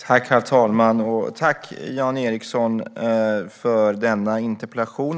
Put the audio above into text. Herr talman! Tack, Jan Ericson, för denna interpellation!